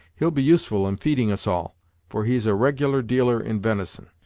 he'll be useful in feeding us all for he's a reg'lar dealer in ven'son.